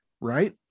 right